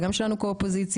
וגם שלנו כאופוזיציה,